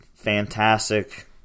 fantastic